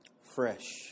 fresh